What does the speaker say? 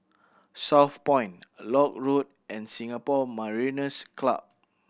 Southpoint Lock Road and Singapore Mariners' Club